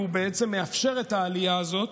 והוא בעצם מאפשר את העלייה הזאת,